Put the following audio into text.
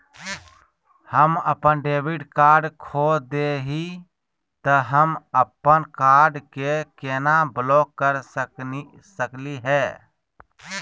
हम अपन debit card खो दे ही, त हम अप्पन कार्ड के केना ब्लॉक कर सकली हे?